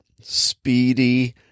Speedy